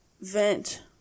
vent